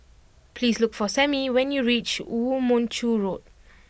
please look for Sammie when you reach Woo Mon Chew Road